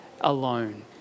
alone